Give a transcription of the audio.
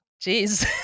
jeez